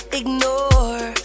ignore